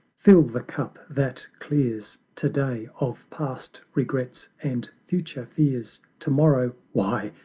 fill the cup that clears to-day of past regrets and future fears to-morrow why,